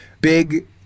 Big